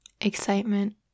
Excitement